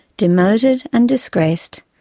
demoted and disgraced,